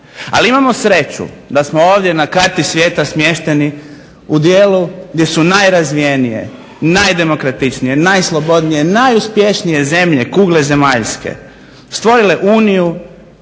Ali imamo sreću da smo ovdje na karti svijeta smješteni u dijelu gdje su najrazvijenije, najdemokratičnije, najslobodnije i najuspješnije zemlje kugle zemaljske stvorile uniju